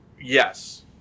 yes